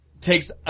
takes